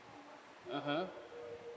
mmhmm